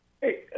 Hey